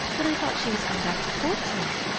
but i thought she was going back to portsmouth?